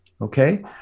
okay